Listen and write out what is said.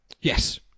Yes